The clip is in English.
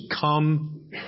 come